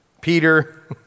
Peter